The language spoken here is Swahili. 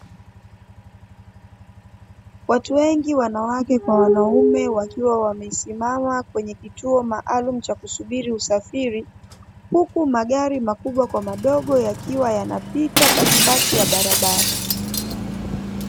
Watu wengi wanawake kwa wanaume wakiwa wamesimama kwenye kituo maalumu cha kusubiri usafiri. Huku magari makubwa kwa madogo yakiwa yanapita katikati ya barabara.